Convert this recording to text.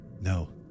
no